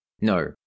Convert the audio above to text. No